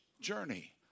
journey